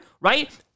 right